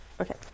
Okay